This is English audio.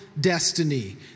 destiny